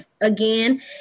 again